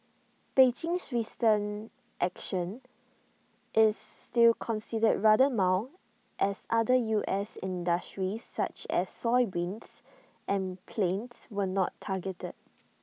Beijing's recent action is still considered rather mild as other U S industries such as soybeans and planes were not targeted